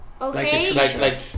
Okay